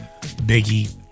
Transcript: Biggie